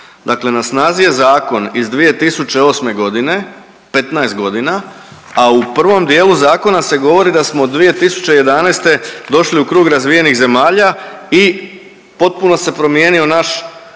dakle na snazi je zakon iz 2008.g. 15 godina, a u prvom dijelu zakona se govori da smo 2011. došli u krug razvijenih zemalja i potpuno se promijenio naš